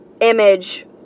image